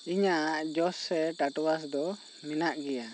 ᱤᱧᱟᱹᱜ ᱡᱚᱥ ᱥᱮ ᱴᱟᱴᱣᱟᱥ ᱫᱚ ᱢᱮᱱᱟᱜ ᱜᱮᱭᱟ